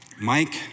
Mike